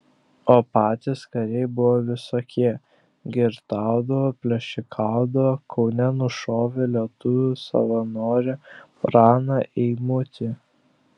o patys kariai buvo visokie girtaudavo plėšikaudavo kaune nušovė lietuvių savanorį praną eimutį